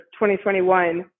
2021